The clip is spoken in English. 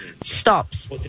stops